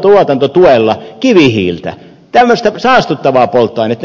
tuotantotuella kivihiiltä tämmöistä saastuttavaa polttoainetta